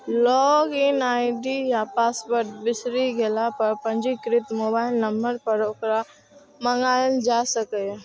log in ID या password बिसरि गेला पर पंजीकृत मोबाइल नंबर पर ओकरा मंगाएल जा सकैए